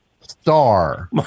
star